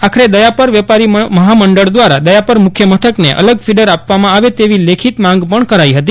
આખરે દયાપર વેપારી મફામંડળ દ્વારા દયાપર મુખ્ય મથકને અલગ ફીડર આપવામાં આવે તેવી લેખિત માંગ પણ કરાઈ ફતી